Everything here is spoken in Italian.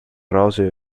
roseo